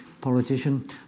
politician